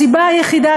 הסיבה היחידה,